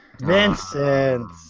Vincent